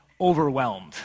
overwhelmed